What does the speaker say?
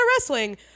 wrestling